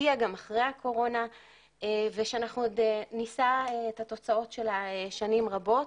תהיה גם אחרי הקורונה ושאנחנו עוד נישא את התוצאות שלה שנים רבות.